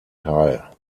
teil